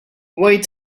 wait